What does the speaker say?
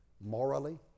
Morally